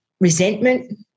Resentment